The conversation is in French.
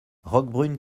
roquebrune